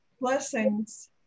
Blessings